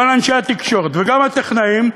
כל אנשי התקשורת, וגם הטכנאים,